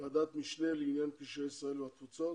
ועדת המשנה לעניין קשרי ישראל והתפוצות